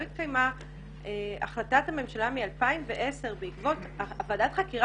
התקיימה החלטת הממשלה מ-2010 בעקבות ועדת החקירה